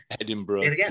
Edinburgh